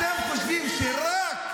--- אתם חושבים שרק,